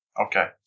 Okay